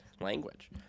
language